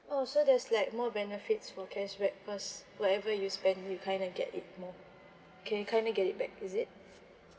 oh so there's like more benefits for cashback because whatever you spent you kind of get it more can you kind of get it back is it